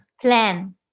plan